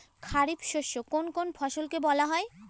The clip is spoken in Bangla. খারিফ শস্য কোন কোন ফসলকে বলা হয়?